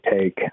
take